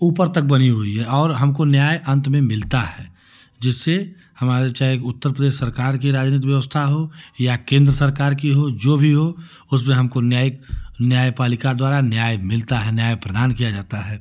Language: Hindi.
ऊपर तक बनी हुई है और हमको न्याय अंत में मिलता है जिससे हमारे चाहे उत्तरप्रदेश सरकार की राजनीत व्यवस्था हो या केंद्र सरकार की हो जो भी हो उसमें हमको न्यायिक न्याय पालिका द्वारा न्याय मिलता है न्याय प्रदान किया जाता है